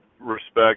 respect